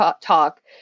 talk